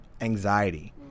anxiety